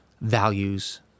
values